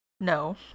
No